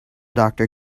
doctor